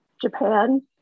Japan